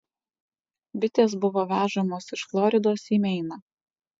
bitės buvo vežamos iš floridos į meiną